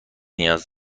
نیاز